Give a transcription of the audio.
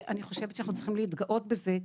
אני חושבת שאנחנו צריכים להתגאות בזה,